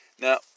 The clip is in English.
Now